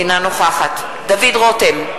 אינה נוכחת דוד רותם,